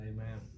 Amen